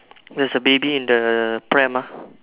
there's a baby in the pram ah